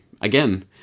again